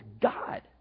God